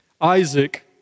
Isaac